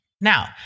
Now